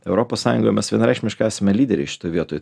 europos sąjungoj mes vienareikšmiškai esame lyderiai šitoj vietoj